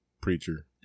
preacher